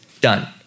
Done